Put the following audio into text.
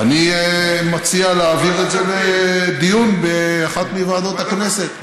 אני מציע להעביר את זה לדיון באחת מוועדות הכנסת.